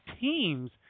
teams